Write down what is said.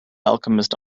alchemist